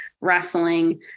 wrestling